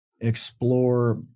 explore